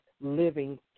Living